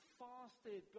fasted